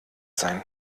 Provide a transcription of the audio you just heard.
sein